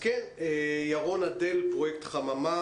ירון אדל, פרויקט חממה